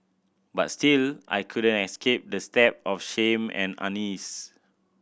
but still I couldn't escape the stab of shame and unease